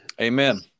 amen